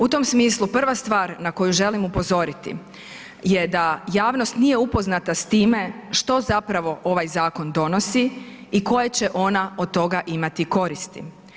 U tom smislu prva stvar na koju želim je upozoriti je da javnost nije upoznata s time što zapravo ovaj zakon donosi i koje će ona od toga imati koristi.